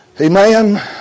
Amen